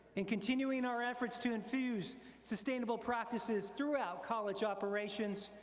in continuing our efforts to infuse sustainable practices throughout college operations,